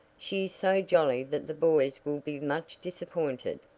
she is so jolly that the boys will be much disappointed.